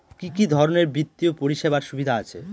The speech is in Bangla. কি কি ধরনের বিত্তীয় পরিষেবার সুবিধা আছে?